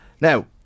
Now